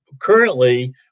currently